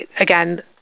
again